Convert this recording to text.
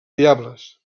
diables